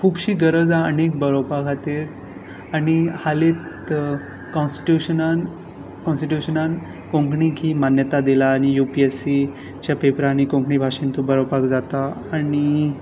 खुबशीं गरज आसा आनी बरोवपा खातीर आनी हांलींच कॉनस्टीट्यूशनान कोंकणी की मान्यताय दिला आनी यू पी ए सी च्या पेपरांनी कोंकणी भाशेंत बरोवपाक जाता आनी